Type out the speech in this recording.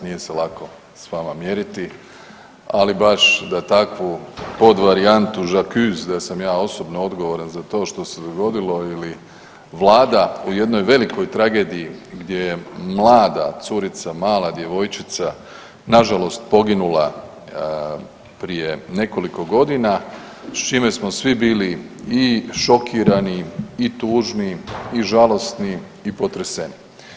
Nije se lako s vama mjeriti, ali baš da takvu podvarijantu „žakuz“ da sam ja osobno odgovoran za to što se dogodilo ili Vlada u jednoj velikoj tragediji gdje je mlada curica, mala djevojčica na žalost poginula prije nekoliko godina s čime smo svi bili i šokirani, i tužni, i žalosni i potreseni.